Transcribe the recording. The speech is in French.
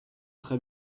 très